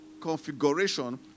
configuration